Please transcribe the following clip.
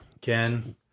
ken